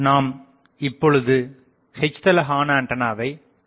நாம் இப்பொழுது H தள ஹார்ன்ஆண்டனாவை காணாலம்